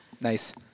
Nice